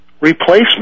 replacement